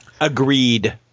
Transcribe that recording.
Agreed